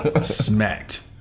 smacked